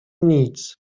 nic